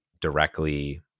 directly